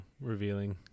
revealing